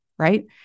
right